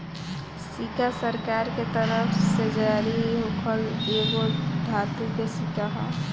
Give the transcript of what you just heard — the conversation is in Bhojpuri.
सिक्का सरकार के तरफ से जारी होखल एगो धातु के सिक्का ह